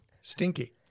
Stinky